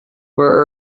were